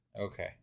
Okay